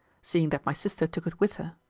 seeing that my sister took it with her.